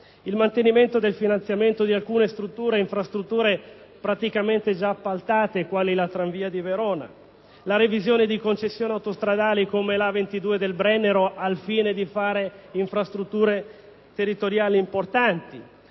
il mantenimento del finanziamento di alcune strutture e infrastrutture praticamente già appaltate, quali la tranvia di Verona; la revisione di concessioni autostradali, come quella della A22 del Brennero, al fine di realizzare infrastrutture territoriali importanti;